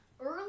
Early